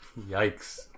Yikes